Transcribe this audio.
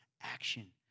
action